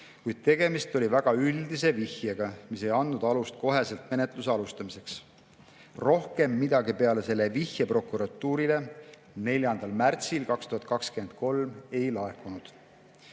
kuid tegemist oli väga üldise vihjega, mis ei andnud alust kohe menetluse alustamiseks. Rohkem midagi peale selle vihje prokuratuurile 4. märtsil 2023 ei laekunud.